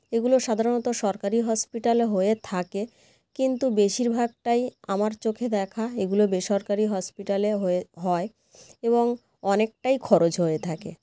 এগুলো সাধারণ্যত সরকারি হসপিটালে হয়ে থাকে কিন্তু বেশিরভাগটাই আমার চোখে দেখা এগুলো বেসরকারি হসপিটালে হয়ে হয় এবং অনেকটাই খরচ হয়ে থাকে